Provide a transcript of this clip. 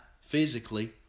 physically